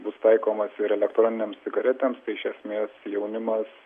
bus taikomas ir elektroninėms cigaretėms tai iš esmės jaunimas